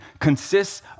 consists